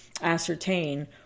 ascertain